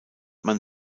man